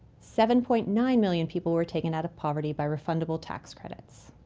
seven point nine million people were taken out of poverty by refundable tax credits.